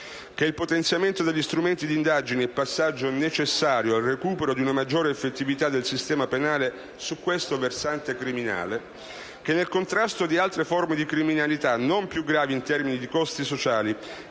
che il potenziamento degli strumenti di indagine è passaggio necessario al recupero di una maggiore effettività del sistema penale su questo versante criminale; che nel contrasto di altre forme di criminalità, non più gravi in termini di costi sociali,